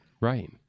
Right